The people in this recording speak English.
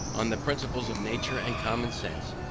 on the principles of nature and common sense,